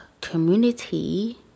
Community